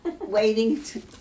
waiting